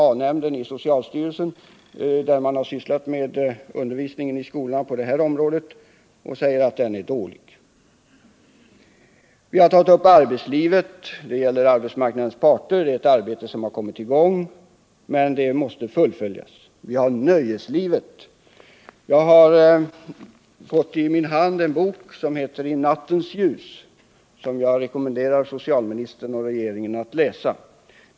A-nämnden i socialstyrelsen har gjort en undersökning, i vilken man tagit upp undervisningen i skolan på detta område. Undersökningen har kommit fram till att denna undervisning är dålig. Vi har också tagit upp frågan om förhållandena i arbetslivet. Ett samarbete på detta område mellan arbetsmarknadens parter har kommit i gång, och det är ett arbete som måste fullföljas. När det gäller nöjeslivet har jag läst en bok som heter I nattens ljus. Det är en bok som jag rekommenderar socialministern och regeringen att läsa.